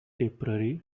tipperary